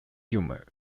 humor